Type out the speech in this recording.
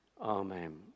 amen